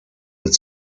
its